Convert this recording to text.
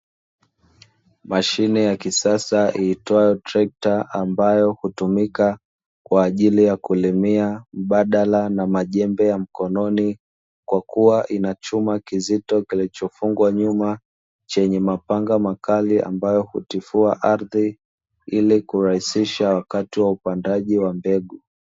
Mashine ya kisasa iitwayo trekta ambayo hutumika kwa ajili ya kulimia mbadala na majembe ya mkononi, kwa kuwa inachuma kizito kilichofungwa nyuma chenye mapanga makali ambayo hutifua ardhi, ili kurahisisha wakati wa upandaji wa mbegu.